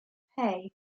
hey